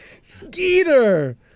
Skeeter